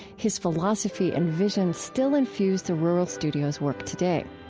his philosophy and vision still infuse the rural studio's work today.